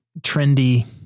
trendy